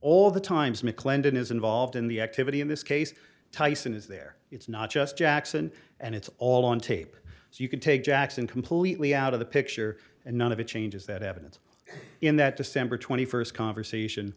all the times mclendon is involved in the activity in this case tyson is there it's not just jackson and it's all on tape so you can take jackson completely out of the picture and none of it changes that evidence in that december twenty first conversation